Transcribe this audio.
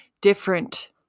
different